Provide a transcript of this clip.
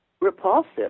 repulsive